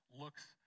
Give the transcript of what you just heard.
looks